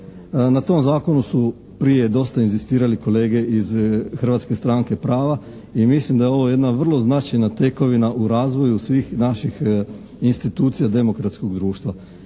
Na tom Zakonu su prije dosta inzistirali kolege iz Hrvatske stranke prava i mislim da je ovo jedna vrlo značajna tekovina u razvoju svih naših institucija demokratskog društva